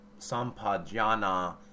sampajana